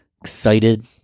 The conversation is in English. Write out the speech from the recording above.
Excited